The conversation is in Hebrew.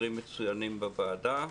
מצוינים בוועדה.